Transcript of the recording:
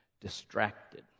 Distracted